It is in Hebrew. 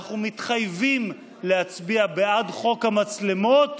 אנחנו מתחייבים להצביע בעד חוק המצלמות.